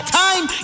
time